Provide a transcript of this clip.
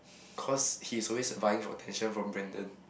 cause he's always vying for attention from Brandon